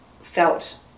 felt